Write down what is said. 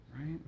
right